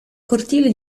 cortile